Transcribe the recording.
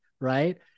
right